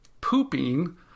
pooping